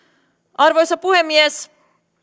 arvoisa puhemies